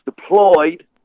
deployed